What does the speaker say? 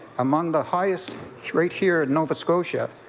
among the highest right here in nova scotia,